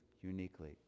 uniquely